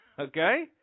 Okay